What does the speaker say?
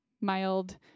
mild